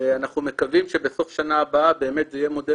ואנחנו מקווים שבסוף השנה הבאה זה יהיה מודל